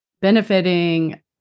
benefiting